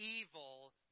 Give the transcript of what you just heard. evil